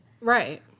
Right